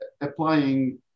applying